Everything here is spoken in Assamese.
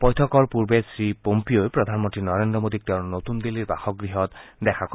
বৈঠকৰ পূৰ্বে শ্ৰীপম্পিঅই প্ৰধানমন্ত্ৰী নৰেন্দ্ৰ মোডীক তেওঁৰ নতুন দিল্লীৰ বাসগৃহত দেখা কৰিব